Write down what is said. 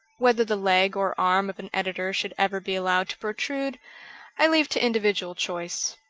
whether the leg or arm of an editor should ever be allowed to pro trude i leave to individual choice.